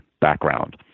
background